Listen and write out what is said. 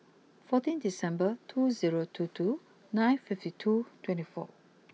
fourteen December two zero two two nine fifty two twenty four